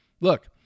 look